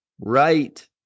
right